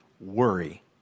worry